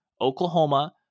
Oklahoma